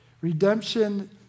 Redemption